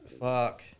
fuck